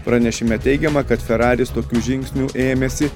pranešime teigiama kad feraris tokių žingsnių ėmėsi